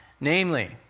Namely